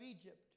Egypt